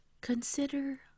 consider